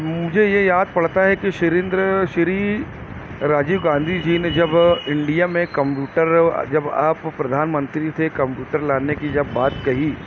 مجھے یہ یاد پڑتا ہے کہ شریندر شری راجیو گاندھی جی نے جب انڈیا میں کمپیوٹر جب آپ پردھان منتری تھے کمپیوٹر لانے کی جب بات کہی